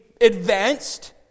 advanced